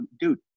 dude